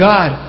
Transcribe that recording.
God